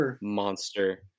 monster